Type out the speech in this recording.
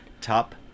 top